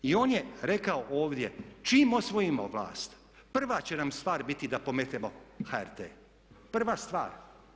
I on je rekao ovdje, čim osvojimo vlast, prva će nam stvar biti da pometemo HRT, prva stvar.